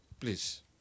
please